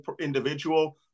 individual